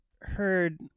heard